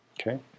Okay